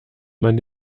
man